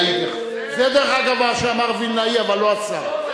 דרך אגב, מה שאמר וילנאי, אבל לא השר.